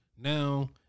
Now